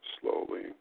slowly